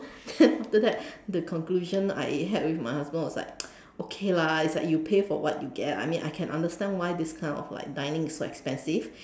then after that the conclusion I had with my husband was like okay lah you pay for what you get I can imagine why this kind of dining is so expensive